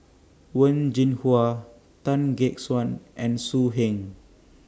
Wen Jinhua Tan Gek Suan and So Heng